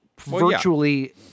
Virtually